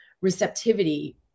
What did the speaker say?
receptivity